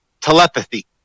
Telepathy